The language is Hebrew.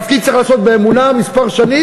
תפקיד צריך לעשות באמונה כמה שנים,